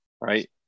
Right